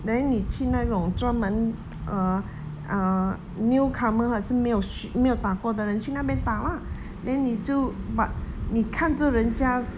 then 你去那种专门 uh uh newcomer 还是没有去没有打过的人去那边打 lah then 你就 but 你看住人家